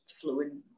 fluid